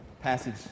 Passage